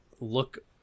look